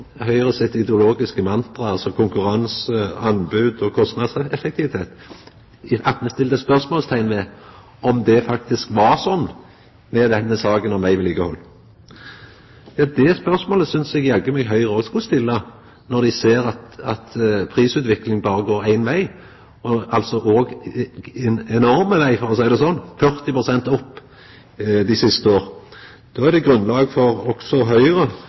Høgre sitt ideologiske mantra, som konkurranse, anbod og kostnadseffektivitet – om det faktisk var slik med denne saka om vegvedlikehald. Ja, det spørsmålet synest eg jaggu meg Høgre òg skulle stilla når dei ser at prisutviklinga går berre éin veg – ein enorm veg, for å seia det slik: 40 pst. opp dei siste åra. Då er det grunnlag også for Høgre,